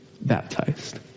baptized